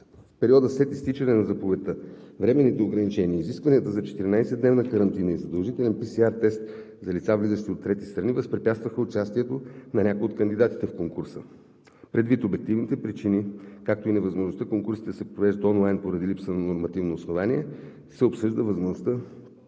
В периода след изтичане на заповедта временните ограничения и изискванията за 14-дневна карантина и задължителен PCR тест за лица, влизащи от трети страни, възпрепятстваха участието на някои от кандидатите в конкурса. Предвид обективните причини, както и невъзможността конкурсите да се провеждат онлайн поради липса на нормативно основание, се обсъжда възможността